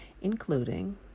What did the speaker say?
including